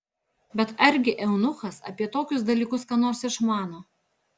bet argi eunuchas apie tokius dalykus ką nors išmano